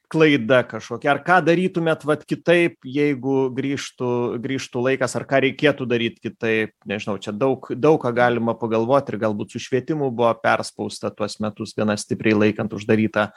klaida kažkokia ar ką darytumėt vat kitaip jeigu grįžtų grįžtų laikas ar ką reikėtų daryt kitaip nežinau čia daug daug ką galima pagalvot ir galbūt su švietimu buvo perspausta tuos metus gana stipriai laikant uždarytą